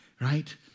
right